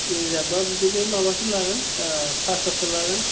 reserve ब्ला बिदिनो माबाफोर लागोन पासस'सो लागोन